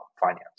finance